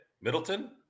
Middleton